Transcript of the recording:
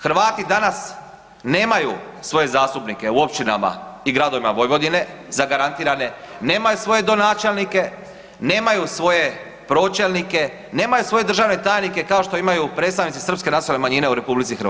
Hrvati danas nemaju svoje zastupnike u općinama i gradovima Vojvodine, zagarantirane, nemaju svoje donačelnike, nemaju svoje pročelnike, nemaju svoje državne tajnike kao što imaju predstavnici srpske nacionalne manjine u RH.